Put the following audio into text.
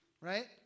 right